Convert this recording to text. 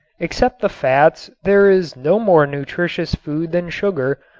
except the fats there is no more nutritious food than sugar,